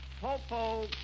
popo